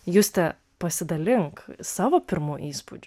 juste pasidalink savo pirmu įspūdžiu